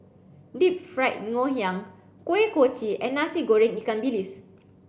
Deep Fried Ngoh Hiang Kuih Kochi and Nasi Goreng Ikan Bilis